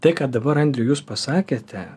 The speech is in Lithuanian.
tai ką dabar andriu jūs pasakėte